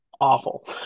awful